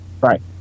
right